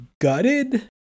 gutted